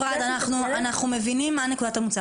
אנחנו מבינים מה נקודת המוצא,